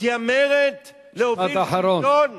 מתיימרת להוביל שלטון,